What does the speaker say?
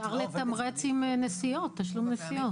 אפשר לתמרץ עם תשלום נסיעות.